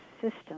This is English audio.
system